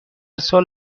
سال